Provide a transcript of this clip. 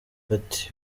ati